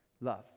love